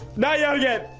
not y'all yet.